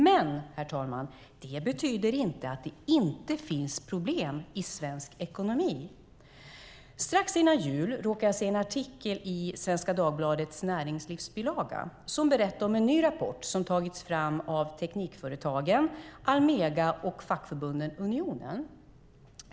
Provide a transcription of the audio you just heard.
Men det betyder inte att det inte finns problem i svensk ekonomi. Strax före jul råkade jag se en artikel i Svenska Dagbladets näringslivsbilaga som berättade om en ny rapport som tagits fram av Teknikföretagen, Almega och fackförbundet Unionen.